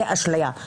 זה אשליה.